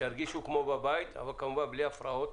שירגישו כאילו הם בבית אבל כמובן בלי הפרעות.